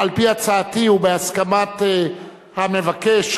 על-פי הצעתי ובהסכמת המבקש,